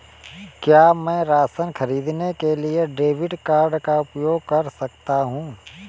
क्या मैं राशन खरीदने के लिए क्रेडिट कार्ड का उपयोग कर सकता हूँ?